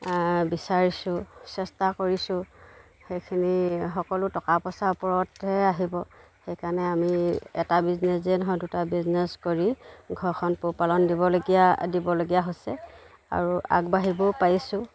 বিচাৰিছোঁ চেষ্টা কৰিছোঁ সেইখিনি সকলো টকা পইচাৰ ওপৰতহে আহিব সেইকাৰণে আমি এটা বিজনেছেই নহয় দুটা বিজনেছ কৰি ঘৰখন পোহপালন দিবলগীয়া দিবলগীয়া হৈছে আৰু আগবাঢ়িবও পাৰিছোঁ